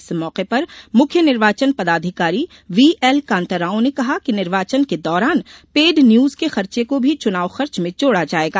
इस मौके पर मुख्य निर्वाचन पदाधिकारी व्हीएल कांताराव ने कहा कि निर्वाचन के दौरान पेड न्यूज के खर्चे को भी चुनाव खर्च में जोडा जायेगा